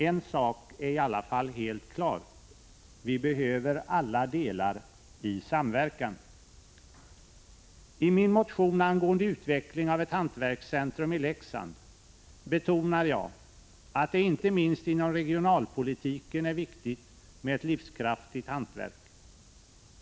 En sak är i alla fall helt klar — vi behöver alla delar i samverkan. I min motion angående utveckling av ett hantverkscentrum i Leksand betonar jag att det inte minst inom regionalpolitiken är viktigt med ett livskraftigt hantverk.